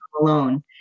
alone